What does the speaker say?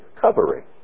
covering